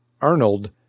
Arnold